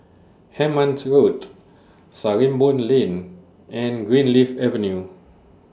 Hemmant Road Sarimbun Lane and Greenleaf Avenue